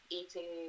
eating